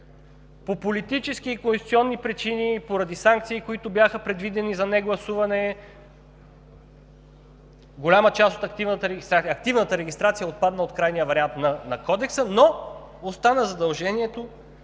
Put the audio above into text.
По политически и конституционни причини, поради санкции, които бяха предвидени за негласуване, активната регистрация отпадна от крайния вариант на Кодекса, но остана задължението